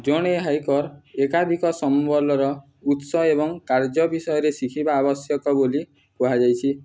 ଜଣେ ହାଇକର୍ ଏକାଧିକ ସମ୍ବଲର ଉତ୍ସ ଏବଂ କାର୍ଯ୍ୟ ବିଷୟରେ ଶିଖିବା ଆବଶ୍ୟକ ବୋଲି କୁହାଯାଇଛି